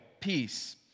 peace